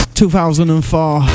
2004